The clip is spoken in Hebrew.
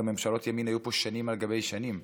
הרי מפלגות ימין היו פה שנים על גבי שנים,